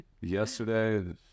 Yesterday